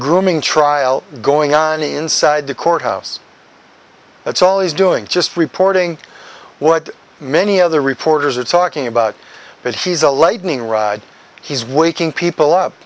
grooming trial going on inside the courthouse that's all he's doing just reporting what many other reporters are talking about but he's a lightning rod he's waking people up